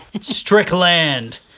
Strickland